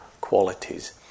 qualities